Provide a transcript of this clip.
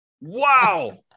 Wow